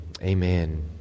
amen